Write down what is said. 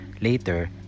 later